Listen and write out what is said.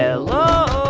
hello